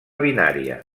binària